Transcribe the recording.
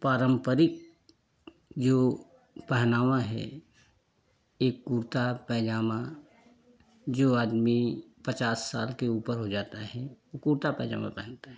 पारम्परिक जो पहनावा है एक कुर्ता पैजामा जो आदमी पचास साल के ऊपर हो जाता है कुर्ता पजामा पहनता है